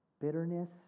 Bitterness